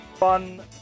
fun